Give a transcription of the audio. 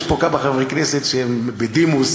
יש פה כמה חברי כנסת שהם בדימוס,